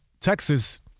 Texas